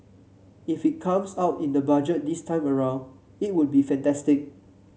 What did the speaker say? if it comes out in the Budget this time around it would be fantastic